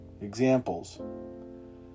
examples